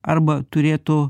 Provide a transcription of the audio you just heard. arba turėtų